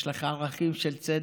יש לך ערכים של צדק,